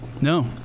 No